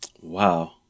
Wow